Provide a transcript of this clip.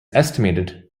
estimated